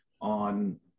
on